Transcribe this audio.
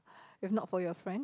if not for your friend